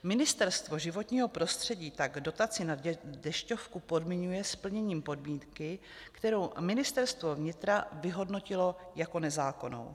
Ministerstvo životního prostředí tak dotaci na dešťovku podmiňuje splněním podmínky, kterou Ministerstvo vnitra vyhodnotilo jako nezákonnou.